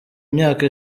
myaka